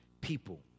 people